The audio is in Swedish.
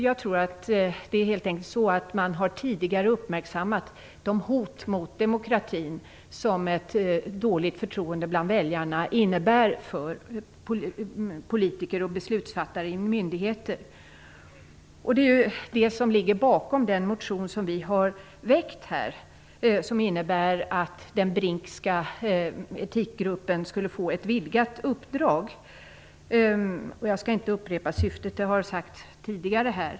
Jag tror att det helt enkelt är så att andra tidigare har uppmärksammat de hot mot demokratin som ett dåligt förtroende bland väljarna innebär för politiker och beslutsfattare i myndigheter. Det är det som ligger bakom den motion som vi har väckt, som innebär att den Brinkska etikgruppen skulle få ett vidgat uppdrag. Jag skall inte upprepa syftet - det har nämnts tidigare.